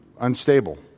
unstable